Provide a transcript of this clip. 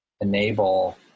enable